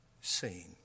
seen